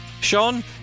Sean